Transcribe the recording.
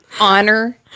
honor